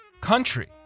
country